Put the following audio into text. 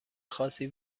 خاصی